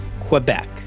Quebec